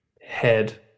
head